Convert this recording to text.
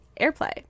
airplay